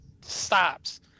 stops